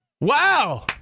Wow